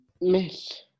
miss